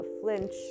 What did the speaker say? flinch